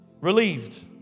Relieved